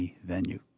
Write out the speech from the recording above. venue